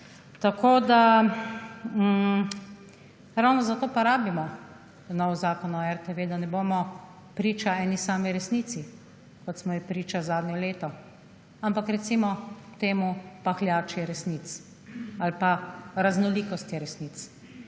Ravno zato pa rabimo nov zakon o RTV, da ne bomo priča eni sami resnici, kot smo ji priča zadnje leto, ampak recimo temu pahljači resnic ali pa raznolikosti resnic,